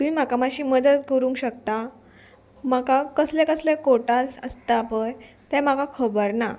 तुमी म्हाका मातशी मदत करूंक शकता म्हाका कसले कसले कोटास आसता पय ते म्हाका खबर ना